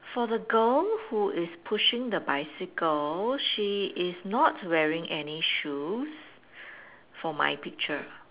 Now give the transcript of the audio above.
for the girl who is pushing the bicycle she is not wearing any shoes for my picture